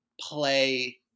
play